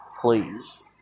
please